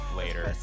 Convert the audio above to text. later